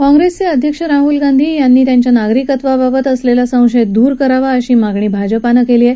काँग्रेसचे अध्यक्ष राहूल गांधी यांनी त्यांच्या नागरिकत्वाबाबत असलेला संशय दूर करावा अशी मागणी भाजपानं केली आहे